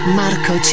marco